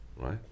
right